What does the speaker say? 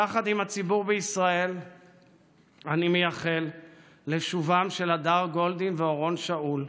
יחד עם הציבור בישראל אני מייחל לשובם של הדר גולדין ואורון שאול,